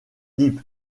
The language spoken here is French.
deep